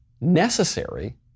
necessary